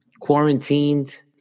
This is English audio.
quarantined